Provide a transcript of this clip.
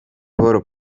paul